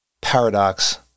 paradox